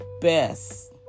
best